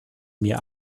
mir